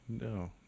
No